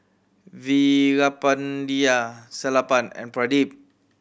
Veerapandiya Sellapan and Pradip